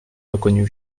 reconnut